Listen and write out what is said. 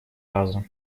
раза